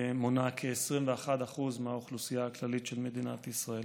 מונה כ-21% מהאוכלוסייה הכללית של מדינת ישראל.